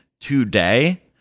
today